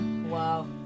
wow